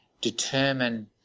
determine